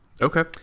Okay